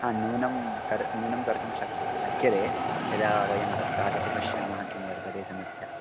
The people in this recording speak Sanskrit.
हा न्यूनं तर् न्यूनं कर्तुं शक् शक्यते यदा वयं तत्रागत्य पश्यामः किं वर्तते समस्या